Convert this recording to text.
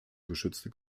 geschützte